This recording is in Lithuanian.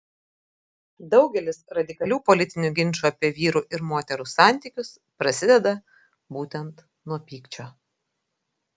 daugelis radikalių politinių ginčų apie vyrų ir moterų santykius prasideda būtent nuo pykčio